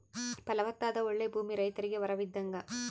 ಫಲವತ್ತಾದ ಓಳ್ಳೆ ಭೂಮಿ ರೈತರಿಗೆ ವರವಿದ್ದಂಗ